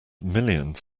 millions